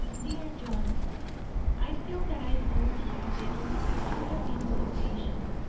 dear john i feel that i owe you a letter because you have been so patient.